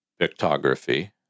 Pictography